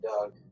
dog